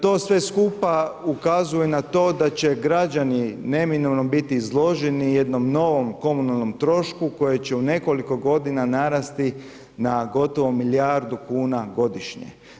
To sve skupa ukazuje na to da će građani neminovno biti izloženi jednom novom komunalnom trošku, koje će u nekoliko godina narasti na gotovo milijardu kuna godišnje.